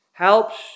Helps